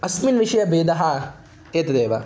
अस्मिन् विषये भेदः एतदेव